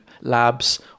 labs